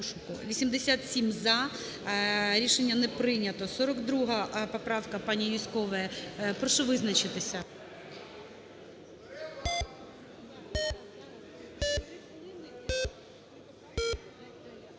За-87 Рішення не прийнято. 42 поправка пані Юзькової. Прошу визначитися.